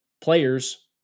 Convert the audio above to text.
players